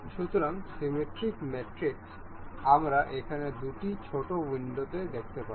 সুতরাং সিমিট্রিক ম্যাট্রিক্সে আমরা এখানে দুটি ছোট উইন্ডো দেখতে পারি